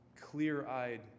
clear-eyed